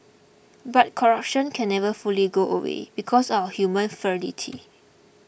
but corruption can never fully go away because of our human frailty